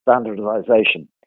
standardization